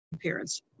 parents